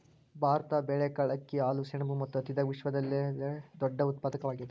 ಭಾರತ ಬೇಳೆಕಾಳ್, ಅಕ್ಕಿ, ಹಾಲು, ಸೆಣಬು ಮತ್ತು ಹತ್ತಿದಾಗ ವಿಶ್ವದಲ್ಲೆ ದೊಡ್ಡ ಉತ್ಪಾದಕವಾಗ್ಯಾದ